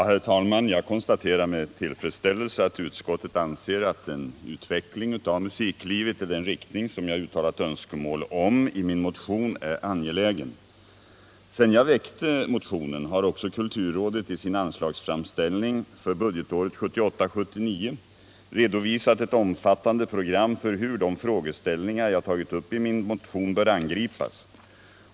Herr talman! Jag konstaterar med tillfredsställelse att utskottet anser att en utveckling av musiklivet i den riktning som jag uttalat önskemål om i min motion är angelägen. Sedan jag väckte motionen har också kulturrådet i sin anslagsframställning för budgetåret 1978/79 redovisat ett omfattande program för hur de frågeställningar jag tagit upp i min motion bör angripas.